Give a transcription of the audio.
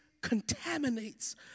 contaminates